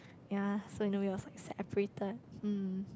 ya so you know it was like separated hmm